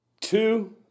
Two